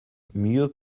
mieux